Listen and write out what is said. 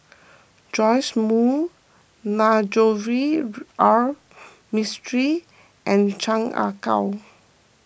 Joash Moo Navroji R Mistri and Chan Ah Kow